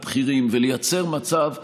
הבכירים, לייצר מצב שבו,